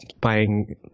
buying